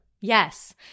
Yes